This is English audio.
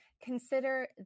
Consider